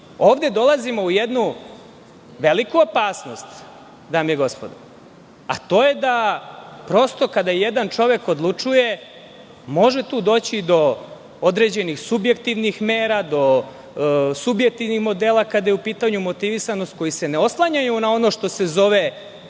Ovde dolazimo u jednu veliku opasnost, dame i gospodo, a to je da prosto, kada jedan čovek odlučuje može tu doći do određenih subjektivnih mera, do subjektivnih modela, kada je u pitanju motivisanost koji se ne oslanjaju na ono što se zove